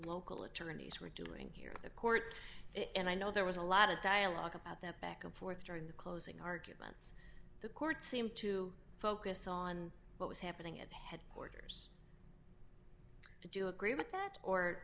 local attorneys were doing here at the court and i know there was a lot of dialogue about that back and forth during the closing arguments the court seemed to focus on what was happening at headquarters do you agree with that or